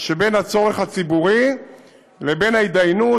שבין הצורך הציבורי לבין ההתדיינות,